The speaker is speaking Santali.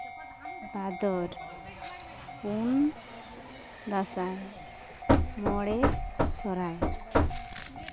ᱵᱷᱟᱫᱚᱨ ᱯᱩᱱ ᱫᱟᱸᱥᱟᱭ ᱢᱚᱬᱮ ᱥᱚᱨᱦᱟᱭ